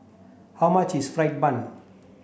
how much is fried bun